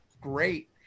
great